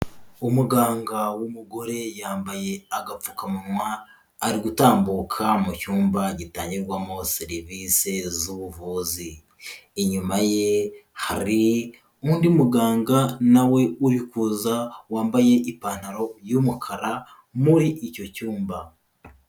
Umuganga w'umugore yambaye agapfukamunwa ari gutambuka mu cyumba gitangirwamo serivise z'ubuvuzi, inyuma ye hari undi muganga na we uri kuza wambaye ipantaro y'umukara muri icyo cyumba.